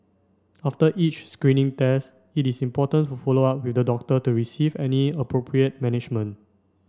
after each screening test it is important to follow up with the doctor to receive any appropriate management